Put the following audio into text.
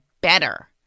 better